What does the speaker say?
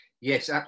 Yes